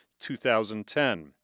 2010